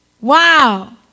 Wow